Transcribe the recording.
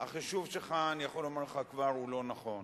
החישוב שלך, אני יכול לומר לך כבר, הוא לא נכון.